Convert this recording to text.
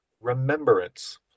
remembrance